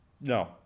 No